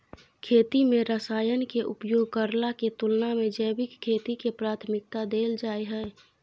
खेती में रसायन के उपयोग करला के तुलना में जैविक खेती के प्राथमिकता दैल जाय हय